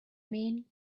mean